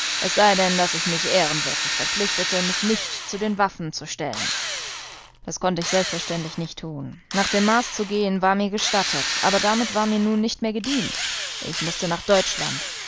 es sei denn daß ich mich ehrenwörtlich verpflichtete mich nicht zu den waffen zu stellen das konnte ich selbstverständlich nicht tun nach dem mars zu gehen war mir gestattet aber damit war mir nun nicht mehr gedient ich mußte nach deutschland